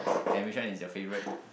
and which one is your favourite